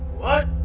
what